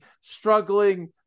struggling